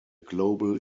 global